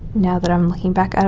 now that i'm looking back. um